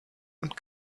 und